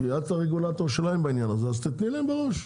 כי את הרגולטור שלהם בעניין זה אז תני להם בראש.